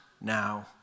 now